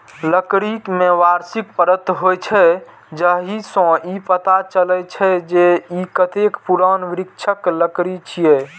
लकड़ी मे वार्षिक परत होइ छै, जाहि सं ई पता चलै छै, जे ई कतेक पुरान वृक्षक लकड़ी छियै